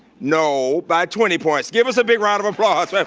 no by twenty points. give us a big round of applause. yeah